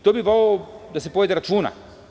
To bi voleo da se povede računa.